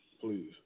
please